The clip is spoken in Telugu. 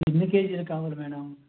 ఎన్ని కేజీలు కావాలి మేడం